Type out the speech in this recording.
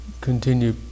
continue